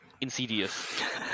insidious